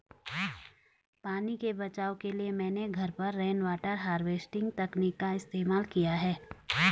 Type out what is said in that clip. पानी के बचाव के लिए मैंने घर पर रेनवाटर हार्वेस्टिंग तकनीक का इस्तेमाल किया है